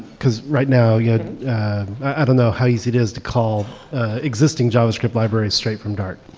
because right now, yeah i don't know how easy it is to call existing javascript libraries straight from dart.